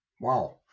Wow